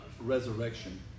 resurrection